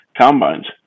combines